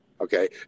Okay